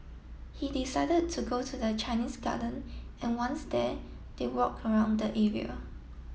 he decided to go to the Chinese Garden and once there they walk around the area